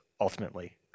ultimately